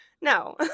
no